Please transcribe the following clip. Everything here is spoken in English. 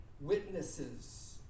witnesses